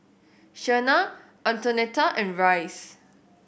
Shenna Antonetta and Rice